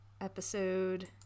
episode